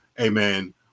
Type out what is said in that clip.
amen